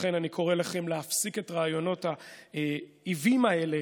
ולכן אני קורא לכם להפסיק את רעיונות העוועים האלה.